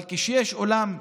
אבל כשיש אולם,